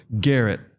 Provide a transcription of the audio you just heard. Garrett